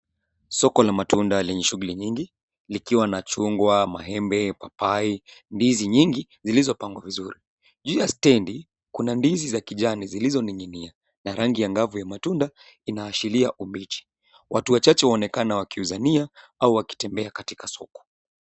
Soko la matunda lenye shughuli nyingi likiwa na chungwa, maembe, papai, ndizi nyingi zilizopangwa vizuri. Juu ya stendi, kuna ndizi za kijani zilizoninginia na rangi ya angavu ya matunda inaashiria ubichi. Watu wachache waonekana wakiuzania au wakitembea katika soko.